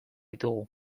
ditugu